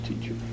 teacher